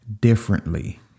differently